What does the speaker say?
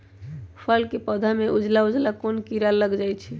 फूल के पौधा में उजला उजला कोन किरा लग जई छइ?